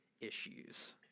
issues